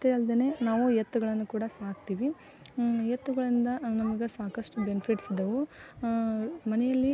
ಅಷ್ಟೆ ಅಲ್ದೆನೆ ನಾವು ಎತ್ತುಗಳನ್ನು ಕೂಡ ಸಾಕ್ತಿವಿ ಎತ್ತುಗಳಿಂದ ನಮ್ಗೆ ಸಾಕಷ್ಟು ಬೆನಿಫಿಟ್ಸ್ ಇದ್ದಾವೆ ಮನೆಯಲ್ಲಿ